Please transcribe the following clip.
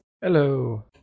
Hello